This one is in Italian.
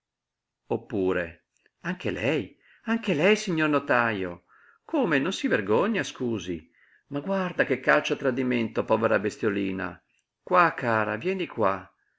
oppure anche lei anche lei signor notajo come non si vergogna scusi ma guarda che calcio a tradimento povera bestiolina qua cara vieni qua